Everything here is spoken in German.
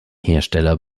hersteller